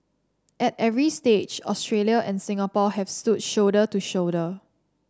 at every stage Australia and Singapore have stood shoulder to shoulder